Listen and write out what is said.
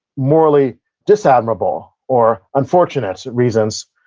morally disadmirable or unfortunate reasons,